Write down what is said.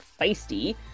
feisty